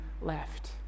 left